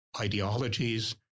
ideologies